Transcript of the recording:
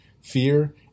fear